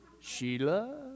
Sheila